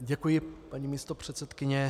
Děkuji, paní místopředsedkyně.